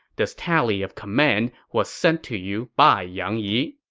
this tally of command was sent to you by yang yi.